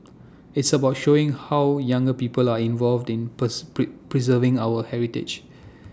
it's about showing how younger people are involved in purse preserving our heritage